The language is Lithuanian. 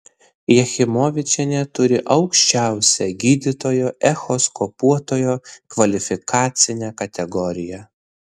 jachimovičienė turi aukščiausią gydytojo echoskopuotojo kvalifikacinę kategoriją